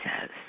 says